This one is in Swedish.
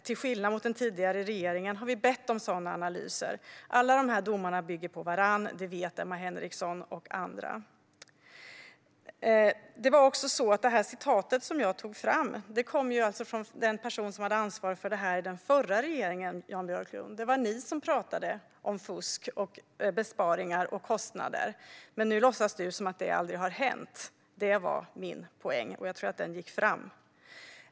Till skillnad från den tidigare regeringen har vi bett om sådana analyser. Alla de här domarna bygger på varandra. Det vet Emma Henriksson och andra. Citatet som jag tog fram kom från den person som hade ansvar för det här i den förra regeringen, Jan Björklund. Det var ni som pratade om fusk, besparingar och kostnader, men nu låtsas du som att det aldrig har hänt. Det var min poäng, och jag tror att den gick fram.